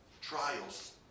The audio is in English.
trials